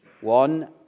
One